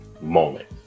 moment